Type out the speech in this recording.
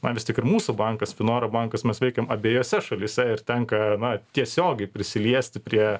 na vis tik ir mūsų bankas finora bankas mes veikiam abiejose šalyse ir tenka na tiesiogiai prisiliesti prie